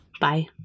Bye